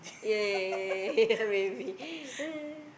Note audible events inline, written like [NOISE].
yeah yeah yeah yeah yeah maybe [LAUGHS]